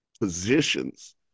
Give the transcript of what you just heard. positions